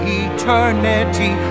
eternity